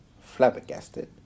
flabbergasted